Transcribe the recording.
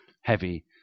heavy